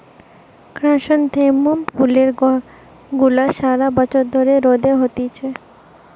chrysanthemum ফুল গুলা সারা বছর ধরে রোদে হতিছে